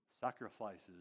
sacrifices